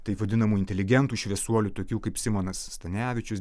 taip vadinamų inteligentų šviesuolių tokių kaip simonas stanevičius